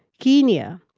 kenya,